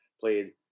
played